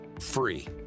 free